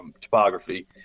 topography